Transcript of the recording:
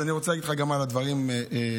אני רוצה להגיב על הדברים שאמרת,